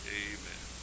amen